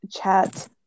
chat